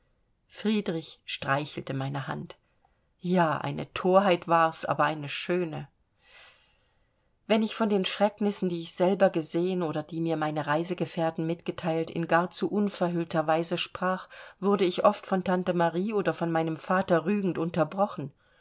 friedrich streichelte meine hand ja eine thorheit war's aber eine schöne wenn ich von den schrecknissen die ich selber gesehen oder die mir meine reisegefährten mitgeteilt in gar zu unverhüllter weise sprach wurde ich oft von tante marie oder von meinem vater rügend unterbrochen